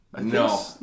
No